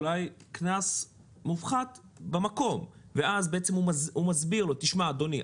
אולי קנס מופחת במקום ואז בעצם הוא מסביר לו: אדוני,